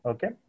Okay